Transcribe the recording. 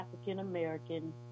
African-American